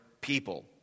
people